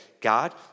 God